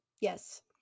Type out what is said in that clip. yes